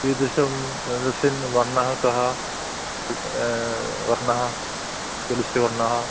कीदृशं रुसिन् वर्णः कः वर्णः तुलसिवर्णः